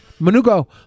Manugo